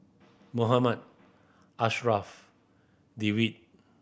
Muhammad Ashraff Dewi